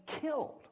killed